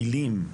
המילים,